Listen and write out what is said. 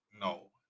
No